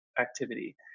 activity